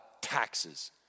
taxes